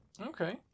Okay